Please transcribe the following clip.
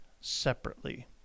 separately